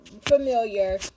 familiar